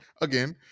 Again